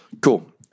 Cool